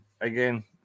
again